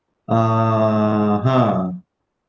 (uh huh)